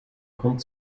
grund